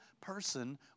person